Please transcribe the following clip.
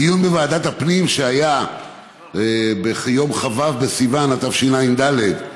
בדיון בוועדת הפנים שהיה ביום כ"ו בסיוון התשע"ד,